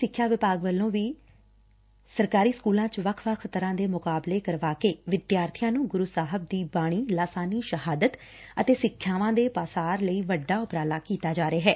ਸੱਖਿਆ ਵਿਭਾਗ ਵਲੱ' ਵੀ ਸੁਬੇ ਦੇ ਸਰਕਾਰੀ ਸਕੁਲਾ 'ਚ ਵੱਖ ਵੱਖ ਤਰਾ' ਦੇ ਮੁਕਾਬਲੇ ਕਰਵਾਕੇ ਵਿਦਿਆਰਬੀਆ ਨੰ ਗੁਰੁ ਸਾਹਿਬ ਦੀ ਲਾਸਾਨੀ ਸ਼ਹਾਦਤ ਅਤੇ ਸਿੱਖਿਆਵਾ ਦੇ ਪਾਸਾਰ ਲਈ ਵੱਡਾ ਉਪਰਾਲਾ ਕੀਤਾ ਜਰ ਰਿਹੈ